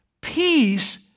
peace